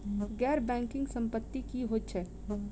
गैर बैंकिंग संपति की होइत छैक?